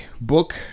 book